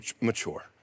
mature